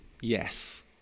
yes